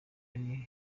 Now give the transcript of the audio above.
ari